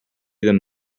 them